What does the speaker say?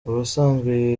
ubusanzwe